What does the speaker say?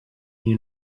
you